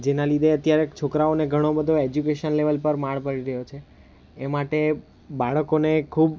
જેના લીધે અત્યારે છોકરાઓને ઘણો બધો એજ્યુકેશન લેવલ પર માર પડી રહ્યો છે એ માટે બાળકોને ખૂબ